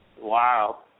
Wow